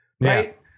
right